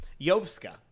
yovska